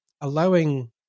allowing